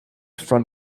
front